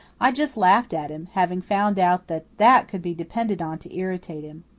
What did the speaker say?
i just laughed at him, having found out that that could be depended on to irritate him.